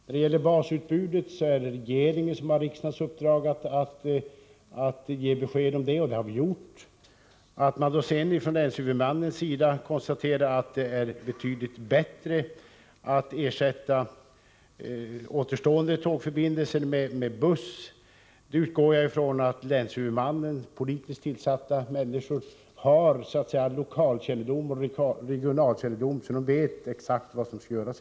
När det gäller basutbudet är det regeringen som har riksdagens uppdrag att ge besked om det, och det har vi gjort. Sedan kan man från länshuvudmannens sida konstatera att det är betydligt bättre att ersätta återstående tågförbindelser med buss, och jag utgår ifrån att länshuvudmännen, de politiskt tillsatta, har lokalkännedom och regional kännedom så att de vet exakt vad som bör göras.